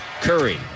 Curry